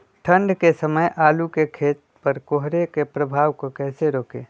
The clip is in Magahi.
ठंढ के समय आलू के खेत पर कोहरे के प्रभाव को कैसे रोके?